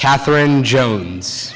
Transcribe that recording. catherine jones